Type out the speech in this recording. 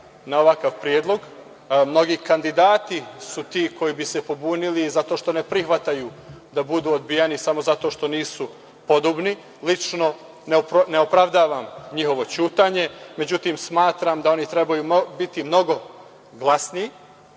na ovakav predlog. Mnogi kandidati su ti koji bi se pobunili zato što ne prihvataju da budu odbijeni samo zato što nisu podobni. Lično ne opravdavam njihovo ćutanje. Međutim, smatram da oni trebaju biti mnogo glasniji